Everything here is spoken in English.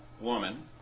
woman